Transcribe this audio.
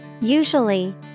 Usually